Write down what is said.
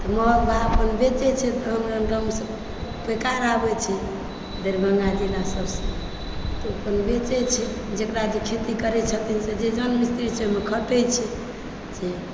बिकाए आबै छै दरभङ्गा जिला सभसँ तऽ ओ अपन बेचै छै जेकरा जे खेती करै छथिन जे जन मिस्त्री छै ओहिमे खटै छै